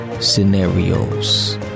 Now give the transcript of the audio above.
scenarios